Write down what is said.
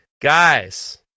guys